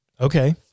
Okay